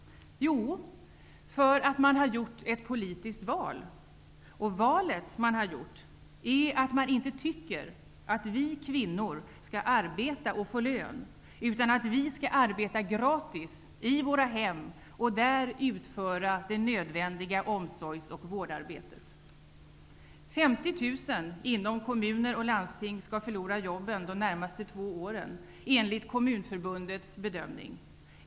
Jo, därför att man gjort ett politiskt val! Och valet man gjort är att man inte tycker att vi kvinnor skall arbeta och få lön, utan vi skall arbeta gratis i våra hem och där utföra det nödvändiga hushålls och vårdarbete. 50 000 inom kommuner och landsting skall förlora jobben de närmaste två åren, enligt Kommunförbundets bedömning.